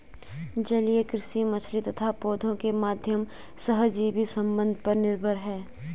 जलीय कृषि मछली तथा पौधों के माध्यम सहजीवी संबंध पर निर्भर है